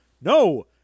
no